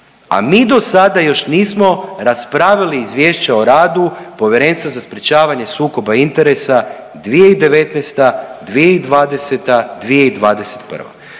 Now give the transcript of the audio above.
a mi dosada nismo raspravili izvješća o radu Povjerenstva za sprječavanje sukoba interesa 2019., 2020., 2021.